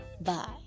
Bye